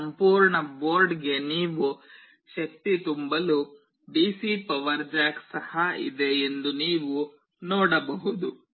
ಈ ಸಂಪೂರ್ಣ ಬೋರ್ಡ್ಗೆ ನೀವು ಶಕ್ತಿ ತುಂಬಲು ಡಿಸಿ ಪವರ್ ಜ್ಯಾಕ್ ಸಹ ಇದೆ ಎಂದು ನೀವು ನೋಡಬಹುದು